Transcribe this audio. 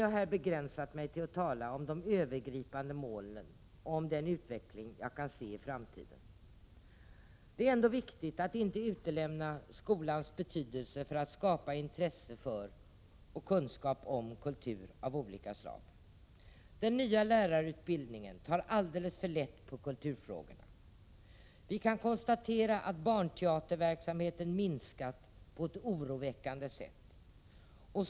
Jag har här begränsat mig till att tala om de övergripande målen och om den utveckling jag kan se i framtiden. Det är ändå viktigt att inte utelämna skolans betydelse för att skapa intresse för och kunskap om kultur av olika slag. I den nya lärarutbildningen tas alldeles för lätt på kulturfrågorna. Barnteaterverksamheten har minskat på ett oroväckande sätt.